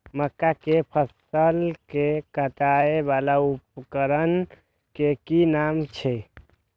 मक्का के फसल कै काटय वाला उपकरण के कि नाम छै?